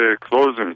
closing